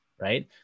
right